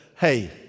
hey